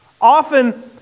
Often